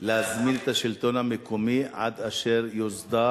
להזמין את השלטון המקומי עד אשר יוסדר